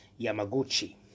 Yamaguchi